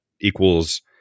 equals